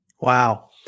Wow